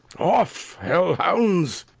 off heu-hounds,